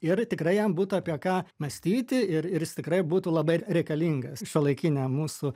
ir tikrai jam būtų apie ką mąstyti ir ir jis tikrai būtų labai reikalingas šiuolaikiniam mūsų